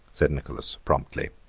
said nicholas promptly.